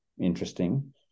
Interesting